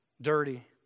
dirty